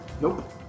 Nope